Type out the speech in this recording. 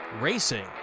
racing